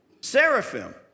seraphim